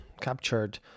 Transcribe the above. captured